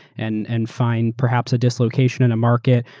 and and find perhaps a dislocation in a market,